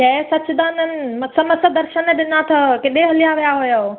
जय सचिदानंद मस मस दर्शन ॾिना अथव किथे हलिया विया हुयव